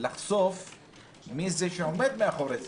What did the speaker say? לך מאות דוגמאות.